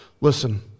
listen